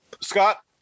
Scott